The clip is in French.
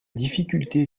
difficulté